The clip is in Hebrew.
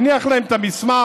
הוא הניח להם את המסמך.